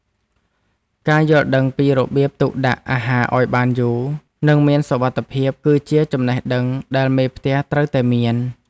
ការយល់ដឹងពីរបៀបទុកដាក់អាហារឱ្យបានយូរ និងមានសុវត្ថិភាព គឺជាចំណេះដឹងដែលមេផ្ទះត្រូវតែមាន។